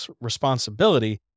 responsibility